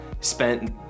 spent